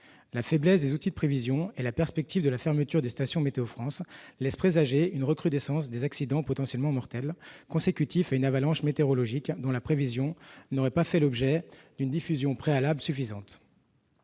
La faiblesse des outils de prévision et la perspective de la fermeture des stations Météo France laissent présager une recrudescence des accidents potentiellement mortels consécutifs à une avalanche dont la prévision n'aurait pas fait l'objet d'une diffusion préalable suffisante.